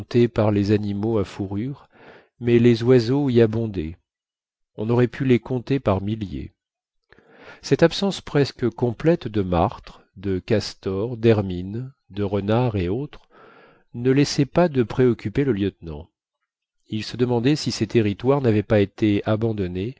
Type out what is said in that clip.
par les animaux à fourrure mais les oiseaux y abondaient on aurait pu les compter par milliers cette absence presque complète de martres de castors d'hermines de renards et autres ne laissait pas de préoccuper le lieutenant il se demandait si ces territoires n'avaient pas été abandonnés